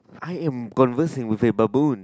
I am conversing with a baboon